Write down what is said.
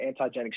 antigenic